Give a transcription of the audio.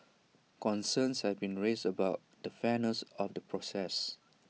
concerns have been raised about the fairness of the process